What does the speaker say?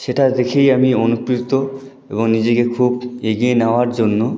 সেটা দেখেই আমি অনুপ্রাণিত এবং নিজেকে খুব এগিয়ে নেওয়ার জন্য